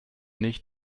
nicht